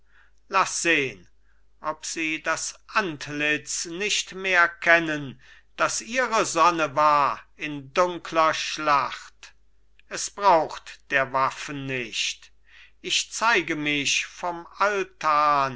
laß sehn ob sie das antlitz nicht mehr kennen das ihre sonne war in dunkler schlacht es braucht der waffen nicht ich zeige mich vom altan